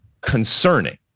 concerning